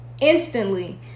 Instantly